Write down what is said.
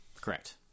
Correct